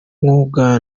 mwuga